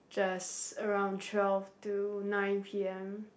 just around twelve to nine P_M